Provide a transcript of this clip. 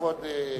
כבוד השר.